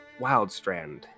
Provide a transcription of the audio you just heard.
Wildstrand